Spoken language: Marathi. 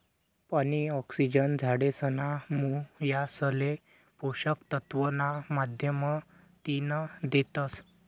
पानी, ऑक्सिजन झाडेसना मुयासले पोषक तत्व ना माध्यमतीन देतस